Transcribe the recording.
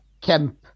camp